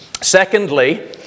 Secondly